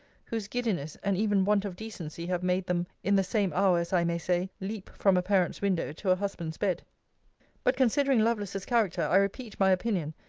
whose giddiness and even want of decency have made them, in the same hour as i may say, leap from a parent's window to a husband's bed but considering lovelace's character, i repeat my opinion,